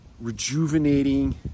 rejuvenating